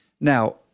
Now